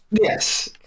yes